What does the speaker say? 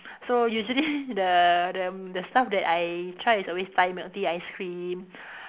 so usually the the the stuff that I try is always Thai milk tea ice cream